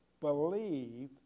believe